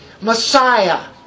Messiah